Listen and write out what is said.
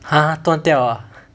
!huh! 断掉 ah